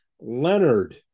Leonard